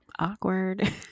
awkward